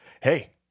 Hey